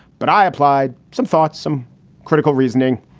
but i applied some thought, some critical reasoning,